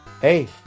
hey